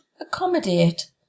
accommodate